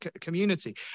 community